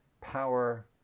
power